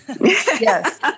Yes